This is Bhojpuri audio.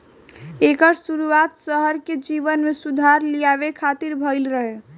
एकर शुरुआत शहर के जीवन में सुधार लियावे खातिर भइल रहे